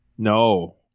No